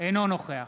אינו נוכח